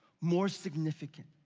more significant.